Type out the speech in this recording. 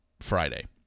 Friday